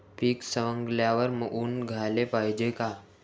पीक सवंगल्यावर ऊन द्याले पायजे का?